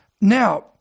Now